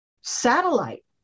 satellite